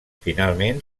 finalment